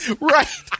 Right